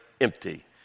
empty